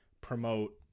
promote